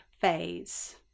phase